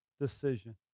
decision